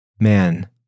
Man